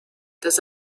does